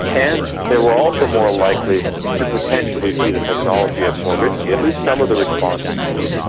and they were also more likely to potentially see the technology as more risky, at least some of the respondents were.